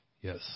Yes